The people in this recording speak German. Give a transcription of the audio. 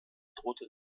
drohte